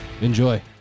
Enjoy